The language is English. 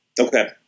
Okay